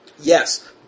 Yes